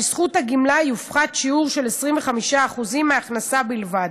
מסכום הגמלה יופחת שיעור של 25% מההכנסה בלבד.